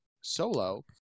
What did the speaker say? solo